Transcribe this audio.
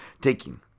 Taking